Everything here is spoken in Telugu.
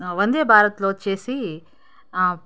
వందే భారత్లో వచ్చి